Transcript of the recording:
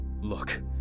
Look